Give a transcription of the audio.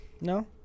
No